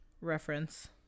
reference